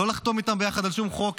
לא לחתום איתם על שום חוק,